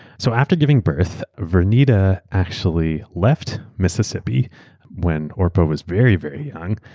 so after giving birth, vernita actually left mississippi when orpah was very, very young.